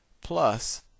plus